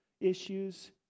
issues